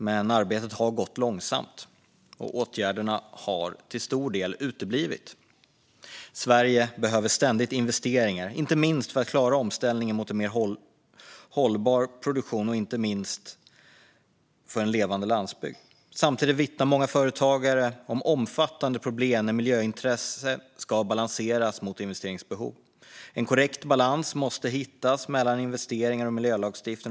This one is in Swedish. Men arbetet har gått långsamt, och åtgärderna har till stor del uteblivit. Sverige behöver ständigt investeringar, inte minst för att klara omställningen till en mer hållbar produktion. Och det handlar inte minst om en levande landsbygd. Samtidigt vittnar många företagare om omfattande problem när miljöintresse ska balanseras mot investeringsbehov. En korrekt balans måste hittas mellan investeringar och miljölagstiftning.